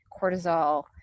cortisol